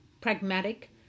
pragmatic